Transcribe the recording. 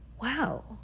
Wow